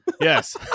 yes